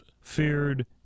feared